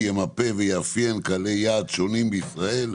ימפה ויאפיין קהלי יעד שונים בישראל,